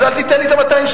אז אל תיתן לי את 200 השקלים,